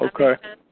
Okay